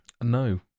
No